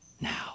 now